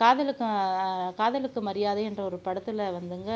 காதலுக்கும் காதலுக்கு மரியாதை என்ற ஒரு படத்தில் வந்துங்க